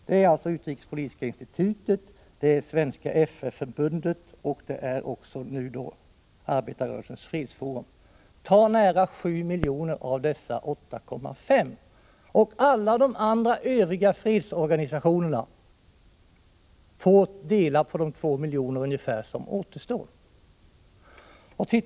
Det är utrikespolitiska institutet, Svenska FN-förbundet och nu även Arbetarrörelsens fredsforum. Här gäller det alltså 7,5 miljoner av dessa 8,5 miljoner, och alla de övriga fredsorganisationerna får dela på de ca 2 miljoner som återstår!